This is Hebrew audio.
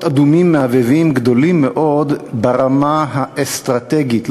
אדומים מהבהבים גדולים מאוד ברמה האסטרטגית.